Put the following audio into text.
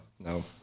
No